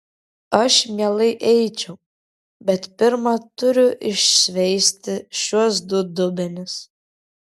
aš mielai eičiau bet pirma turiu iššveisti šiuos du dubenis